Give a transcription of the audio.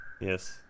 yes